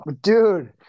dude